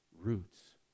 roots